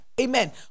Amen